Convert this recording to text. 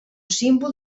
símbol